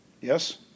Yes